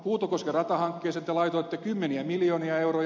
huutokosken ratahankkeeseen te laitoitte kymmeniä miljoonia euroja